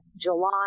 July